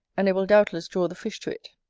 and it will doubtless draw the fish to it.